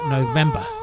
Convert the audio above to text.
November